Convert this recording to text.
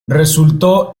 resultó